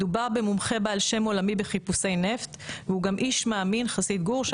מדובר במומחה בעל שם עולמי בחיפושי נפט והוא גם איש מאמין חסיד גור.